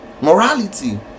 Morality